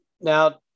Now